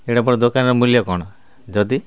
ଏଡ଼େବଡ଼ ଦୋକାନର ମୂଲ୍ୟ କ'ଣ ଯଦି